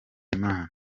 imana